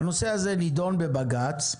הנושא הזה נדון בבג"ץ.